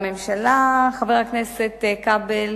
הממשלה, חבר הכנסת כבל,